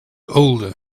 older